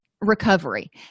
recovery